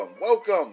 welcome